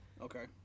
Okay